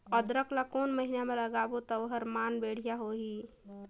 अदरक ला कोन महीना मा लगाबो ता ओहार मान बेडिया होही?